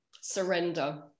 surrender